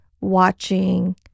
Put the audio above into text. watching